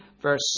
verse